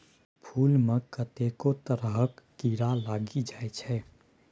फुल मे कतेको तरहक कीरा लागि जाइ छै